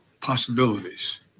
possibilities